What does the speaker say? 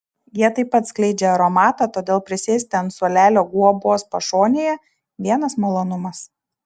jie taip pat skleidžia aromatą todėl prisėsti ant suolelio guobos pašonėje vienas malonumas